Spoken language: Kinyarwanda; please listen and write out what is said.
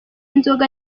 inzoga